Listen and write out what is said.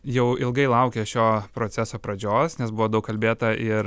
jau ilgai laukė šio proceso pradžios nes buvo daug kalbėta ir